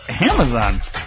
Amazon